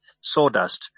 sawdust